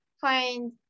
find